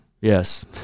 Yes